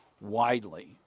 widely